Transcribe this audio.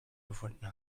gefunden